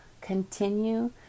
continue